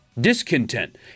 discontent